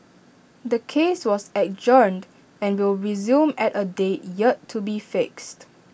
the case was adjourned and will resume at A date yet to be fixed